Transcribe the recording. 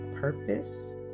purpose